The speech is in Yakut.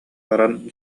баран